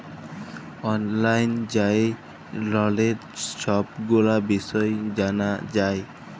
অললাইল যাঁয়ে ললের ছব গুলা বিষয় জালা যায়